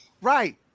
Right